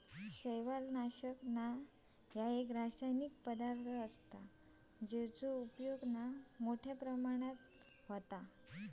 शैवालनाशक एक रासायनिक पदार्थ असा जेचे मोप उपयोग हत